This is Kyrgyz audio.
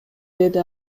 деди